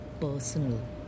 personal